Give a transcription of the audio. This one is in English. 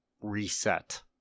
reset